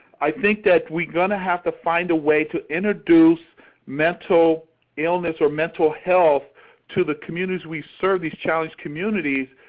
i think that we're going to have to find a way to introduce mental illness or mental health to the communities we serve, these challenged communities,